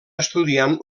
estudiant